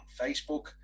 Facebook